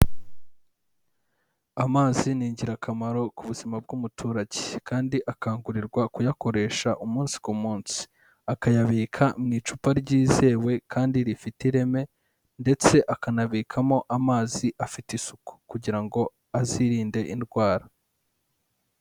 Amazi ni ingirakamaro ku buzima bw'umuturage kandi akangurirwa kuyakoresha umunsi ku munsi, akayabika mu icupa ryizewe kandi rifite ireme ndetse akanabikamo amazi afite isuku kugira ngo azirinde indwara.